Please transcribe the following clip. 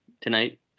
tonight